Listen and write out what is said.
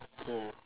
mm